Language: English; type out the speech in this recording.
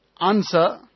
answer